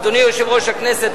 אדוני יושב-ראש הכנסת,